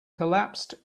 collapsed